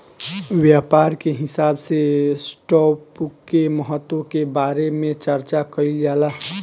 व्यापार के हिसाब से स्टॉप के महत्व के बारे में चार्चा कईल जाला